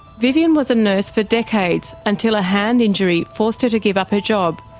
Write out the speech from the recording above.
vivienne was a nurse for decades until a hand injury forced her to give up her job.